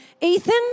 Ethan